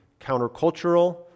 countercultural